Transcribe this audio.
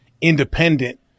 independent